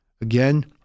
Again